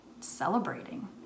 celebrating